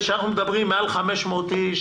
עליהם אנחנו מדברים עם מעל 500 אנשים,